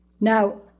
Now